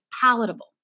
palatable